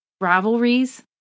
rivalries